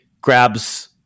grabs